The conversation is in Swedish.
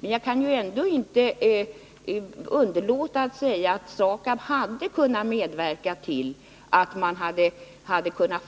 Men jag kan ändå inte underlåta att säga att SAKAB hade kunnat medverka till att